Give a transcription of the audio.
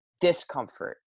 discomfort